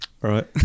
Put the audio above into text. right